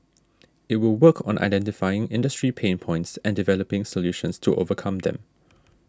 it will work on identifying industry pain points and developing solutions to overcome them